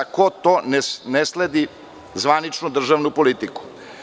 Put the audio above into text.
Ko to ne sledi zvaničnu državnu politiku?